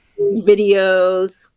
videos